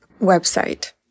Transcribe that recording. website